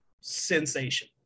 sensation